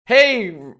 Hey